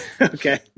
Okay